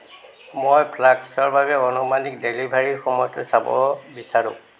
মই ফ্লাস্কৰ বাবে আনুমানিক ডেলিভাৰীৰ সময়টো চাব বিচাৰোঁ